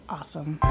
Awesome